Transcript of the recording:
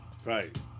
Right